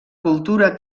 cultura